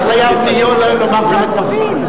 וגם אתה חייב לומר את דברך.